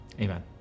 Amen